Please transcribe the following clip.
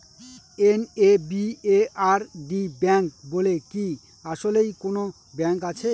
NABARD bank বলে কি আসলেই কোনো ব্যাংক আছে?